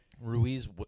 Ruiz